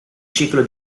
ciclo